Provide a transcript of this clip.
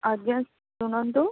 ଆଜ୍ଞା ଶୁଣନ୍ତୁ